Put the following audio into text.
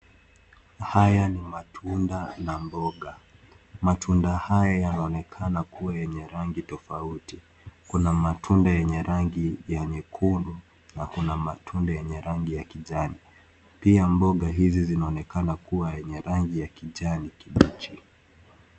Haya ni matunda na mboga. Matunda haya yanaonekana kuwa yenye rangi tofauti. Kuna matunda yenye rangi ya nyekundu na kuna matunda yenye rangi ya kijani, pia mboga hizi zinaonekana kuwa yenye rangi ya kijani kibichi.